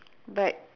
but